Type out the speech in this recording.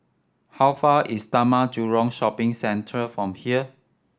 how far is Taman Jurong Shopping Centre from here